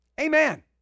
Amen